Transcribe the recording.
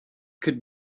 could